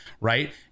Right